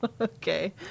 Okay